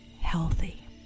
healthy